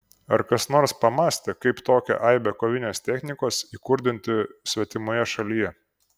ar kas nors pamąstė kaip tokią aibę kovinės technikos įkurdinti svetimoje šalyje